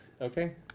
Okay